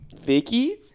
Vicky